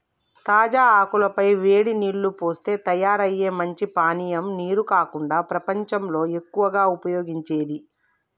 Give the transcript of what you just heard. తాజా ఆకుల పై వేడి నీల్లు పోస్తే తయారయ్యే మంచి పానీయం నీరు కాకుండా ప్రపంచంలో ఎక్కువగా ఉపయోగించేది